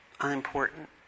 unimportant